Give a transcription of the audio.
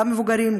גם מבוגרים,